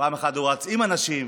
פעם אחת הוא רץ עם אנשים.